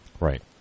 Right